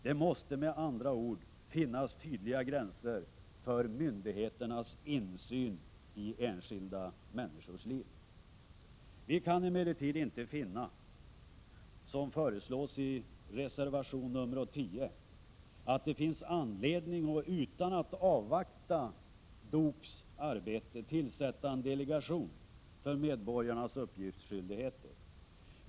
Det måste med andra ord finnas tydliga gränser för myndigheternas insyn i enskilda människors liv. Vi kan emellertid inte finna, som föreslås i reservation 10, att det finns anledning att — utan att avvakta DOK:s arbete — tillsätta en delegation för medborgarnas uppgiftsskyldigheter.